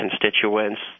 constituents